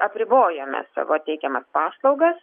apribojame savo teikiamas paslaugas